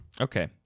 Okay